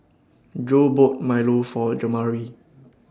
Joe bought Milo For Jamari